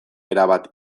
erabat